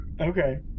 Okay